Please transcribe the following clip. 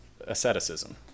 asceticism